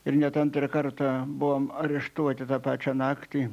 ir net antrą kartą buvom areštuoti tą pačią naktį